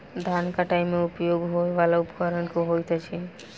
धान कटाई मे उपयोग होयवला उपकरण केँ होइत अछि?